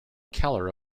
keller